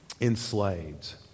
enslaved